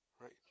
Right